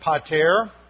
pater